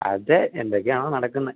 അതെ എന്തെക്കെയാണോ നടക്കുന്നെ